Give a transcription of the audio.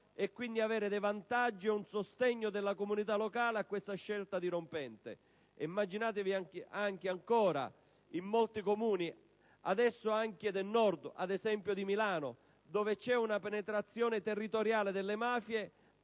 e, quindi, avere un sostegno della comunità locale a questa scelta dirompente. Immaginatevi ancora se in molti Comuni dove - adesso anche al Nord, ad esempio Milano - c'è una penetrazione territoriale delle mafie